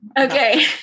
Okay